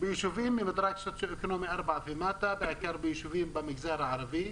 "ביישובים ממדרג סוציו אקונומי 4 ומטה ובעיקר ביישובים במגזר הערבי,